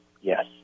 yes